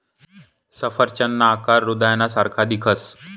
सफरचंदना आकार हृदयना सारखा दिखस